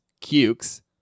cukes